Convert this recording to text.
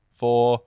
four